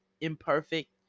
imperfect